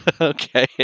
Okay